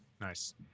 Nice